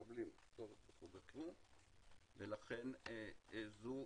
הצעירים, לכן זו